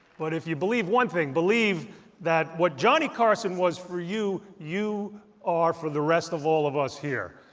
but if you believe one thing, believe that what johnny carson was for you, you are for the rest of all of us here,